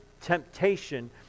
temptation